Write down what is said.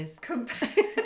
compared